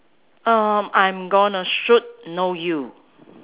uh I'm gonna shoot no you